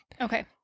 Okay